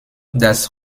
das